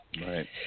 Right